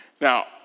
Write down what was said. Now